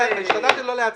השתדלתי לא לעצבן.